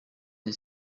dix